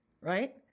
right